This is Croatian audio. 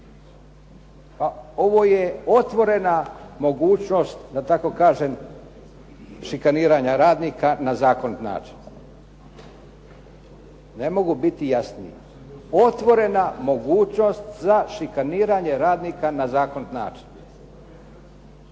Ovo je otvorena mogućnost da tako kažem šikaniranja radnika na zakonit način. Ne mogu biti jasniji, otvorena mogućnost za šikaniranje radnika na zakonit način.